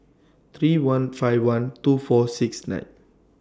three one five one two four six nine